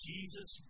Jesus